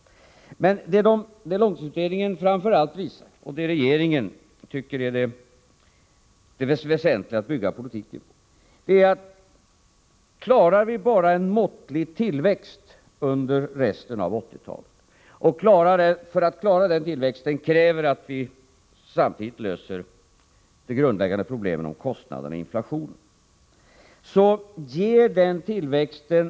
Men det som långtidsutredningen framför allt visar och som regeringen tycker är det väsentliga att bygga politiken på är att klarar vi bara en måttlig tillväxt under resten av 1980-talet, Nr 49 ger denna tillväxt ytterligare möjligheter att successivt nå tillbaka till Onsdagen den samhällsekonomisk balans och full sysselsättning.